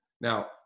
Now